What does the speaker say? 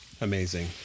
amazing